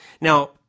Now